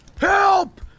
Help